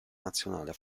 nazionale